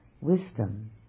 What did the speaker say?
wisdom